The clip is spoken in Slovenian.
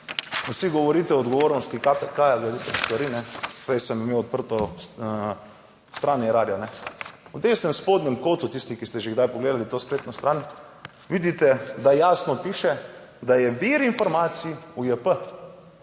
vsi govorite o odgovornosti KPK glede teh stvari, kajne, prej sem imel odprto stran Erarja. V desnem spodnjem kotu, tisti, ki ste že kdaj pogledali to spletno stran, vidite, da jasno piše, da je vir informacij UJP.